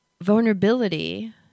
vulnerability